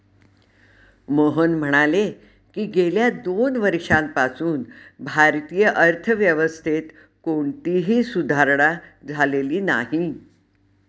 मोहन म्हणाले की, गेल्या दोन वर्षांपासून भारतीय अर्थव्यवस्थेत कोणतीही सुधारणा झालेली नाही